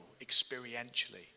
experientially